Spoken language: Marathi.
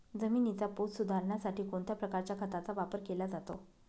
जमिनीचा पोत सुधारण्यासाठी कोणत्या प्रकारच्या खताचा वापर केला जातो?